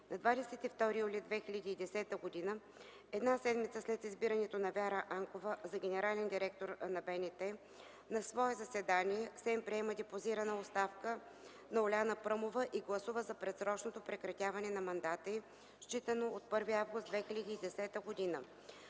На 22 юли 2010 г., една седмица след избирането на Вяра Анкова за генерален директор на БНТ, на свое заседание СЕМ приема депозирана оставка на Уляна Пръмова и гласува за предсрочното прекратяване на мандата й, считано от 1 август 2010 г.